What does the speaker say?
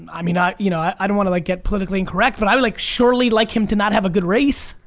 i mean you know i i don't want to like get politically incorrect but i would like surely like him to not have a good race.